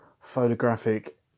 photographic